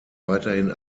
weiterhin